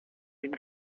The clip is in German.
den